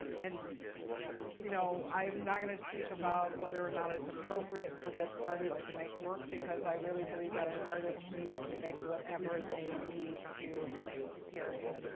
and you know, i'm not going to speak about whether or not it's appropriate for this artist to make work because i really believe that an artist needs to make whatever they need to make, period.